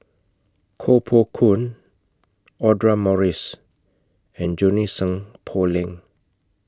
Koh Poh Koon Audra Morrice and Junie Sng Poh Leng